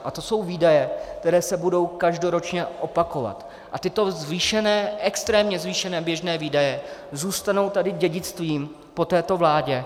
A to jsou výdaje, které se budou každoročně opakovat a tyto extrémně zvýšené běžné výdaje zůstanou tady dědictvím po této vládě.